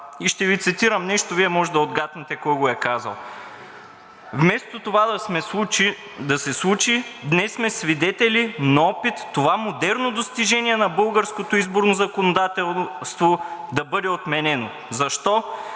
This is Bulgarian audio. Ще Ви цитирам нещо, а Вие може да отгатнете кой го е казал: „Вместо това да се случи днес, сме свидетели на опит това модерно достижение на българското изборно законодателство да бъде отменено. Защо?